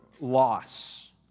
loss